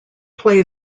play